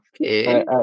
okay